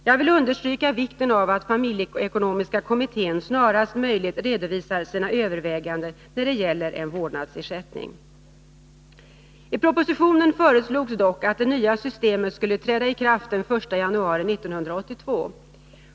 Jag vill understryka vikten av att familjeekonomiska kommittén snarast möjligt redovisar sina överväganden när det gäller en vårdnadsersättning. I propositionen föreslogs dock att det nya systemet skulle träda i kraft den 1 januari 1982.